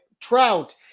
Trout